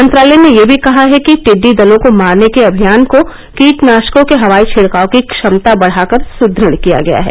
मंत्रालय ने यह भी कहा है कि टिड्डी दलों को मारने के अभियान को कीटनाशकों के हवाई छिड़काव की क्षमता बढ़ाकर सुदुढ़ किया गया है